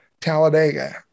Talladega